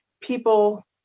people